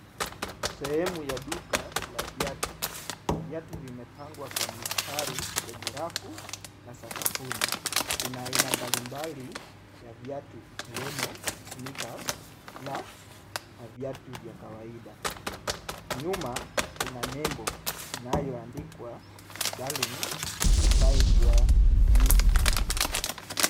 Sehemu ya duka la viatu, viatu vimepangwa kwa mistari kwenye rafu na sakafuni, kuna aina mbalimbali ya viatu ikiwemo sneakers , flats na viatu vya kawaida. Nyuma kuna nebo inayoaandikwa darling we find you are beautiful .